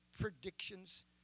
predictions